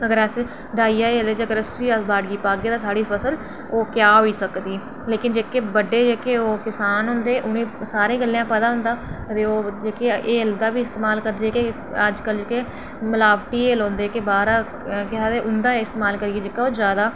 अगर अस डाई हैल बाड़िया पागे ते साढ़ी फसल ओह् क्या होई सकदी लेकिन जेह्के बड्डे जेह्के ओह् किसान होंदे उ'नें ई सारे गल्लें दा पता होंदा अदे ओह् जेह्की ओह् इं'दा बी इस्तेमाल करदे जेह्के अज्ज कल जेह्के मलावटी ऐल औंदे की बाह्रां केह् आखदे उं'दा इस्तेमाल करियै जेह्का ओह् जादा